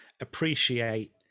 appreciate